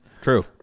True